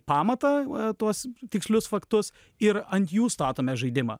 pamatą tuos tikslius faktus ir ant jų statome žaidimą